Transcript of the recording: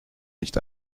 nicht